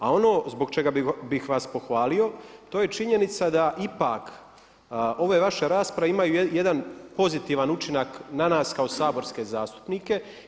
A ono zbog čega bih vas pohvalio to je činjenica da ipak ove vaše rasprave imaju jedan pozitivan učinak na nas kao saborske zastupnike.